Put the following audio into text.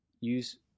use